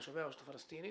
תושבי הרשות הפלסטינית,